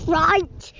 right